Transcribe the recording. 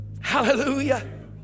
Hallelujah